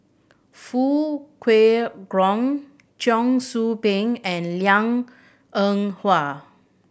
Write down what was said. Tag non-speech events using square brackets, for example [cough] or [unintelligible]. Foo Kwee [unintelligible] Cheong Soo Pieng and Liang Eng Hwa